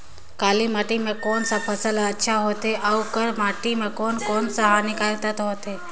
काली माटी मां कोन सा फसल ह अच्छा होथे अउर माटी म कोन कोन स हानिकारक तत्व होथे?